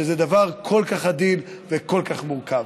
שזה דבר כל כך עדין וכל כך מורכב.